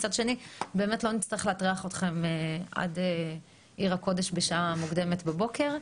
מצד שני באמת לא נצטרך להטריח אתכם עד עיר הקודש בשעה מוקדמת בבוקר.